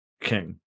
king